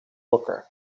booker